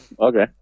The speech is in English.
okay